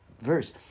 verse